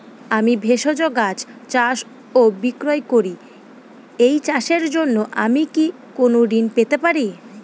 আমি ভেষজ গাছ চাষ ও বিক্রয় করি এই চাষের জন্য আমি কি কোন ঋণ পেতে পারি?